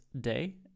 day